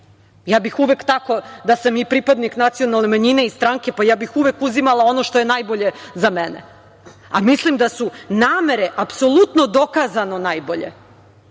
Ja bih uvek tako da sam i pripadnik nacionalne manjine i stranke, ja bih uvek uzimala ono što je najbolje za mene. Mislim da su namere apsolutno dokazano najbolje